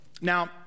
Now